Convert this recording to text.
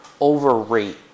overrate